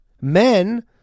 Men